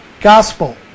gospel